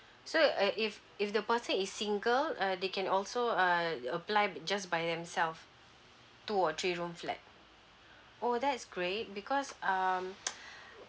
so uh if if the person is single uh they can also err apply just by themselves two or three room flat oh that's great because um